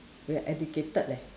we're educated leh